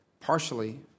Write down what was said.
partially